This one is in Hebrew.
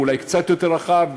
אולי קצת יותר רחב,